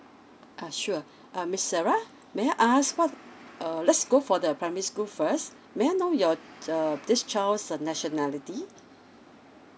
ah sure ah miss sarah may I ask what err let's go for the primary school first may I know your err this child's uh nationality